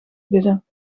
bidden